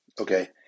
okay